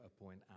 appoint